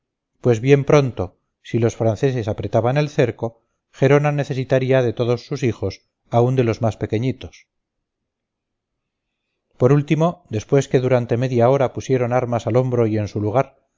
pues bien pronto si los franceses apretaban el cerco gerona necesitaría de todos sus hijos aun de los más pequeñitos por último después que durante media hora pusieron armas al hombro y en su lugar